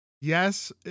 yes